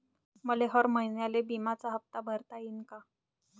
मले हर महिन्याले बिम्याचा हप्ता भरता येईन का?